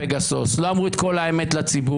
בסייפן/פגסוס, לא אמרו את כל האמת לציבור.